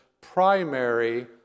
primary